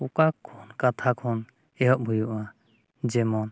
ᱚᱠᱟ ᱠᱚ ᱠᱟᱛᱷᱟ ᱠᱷᱚᱱ ᱮᱦᱚᱵ ᱦᱩᱭᱩᱜᱼᱟ ᱡᱮᱢᱚᱱ